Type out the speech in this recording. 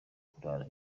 kurara